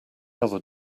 other